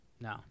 No